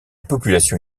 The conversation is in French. population